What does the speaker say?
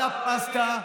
על הפסטה,